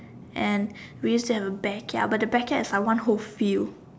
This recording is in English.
and we used to have a backyard and but the backyard as like one whole field